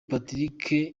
patrick